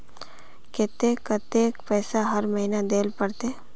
केते कतेक पैसा हर महीना देल पड़ते?